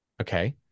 Okay